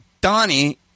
Donnie –